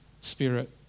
Spirit